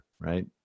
right